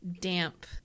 damp